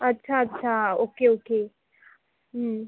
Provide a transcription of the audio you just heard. अच्छा अच्छा okay okay